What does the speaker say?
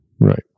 Right